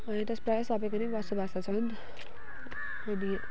अहिले त प्रायः सबैको नै बसोबासा छन् अनि